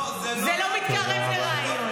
זה לא מתקרב לריאיון.